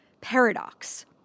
paradox